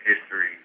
history